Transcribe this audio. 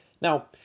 Now